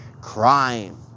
crime